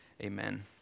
Amen